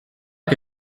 que